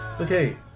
Okay